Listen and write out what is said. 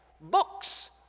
books